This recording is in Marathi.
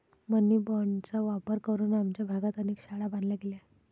मनी बाँडचा वापर करून आमच्या भागात अनेक शाळा बांधल्या गेल्या